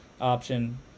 Option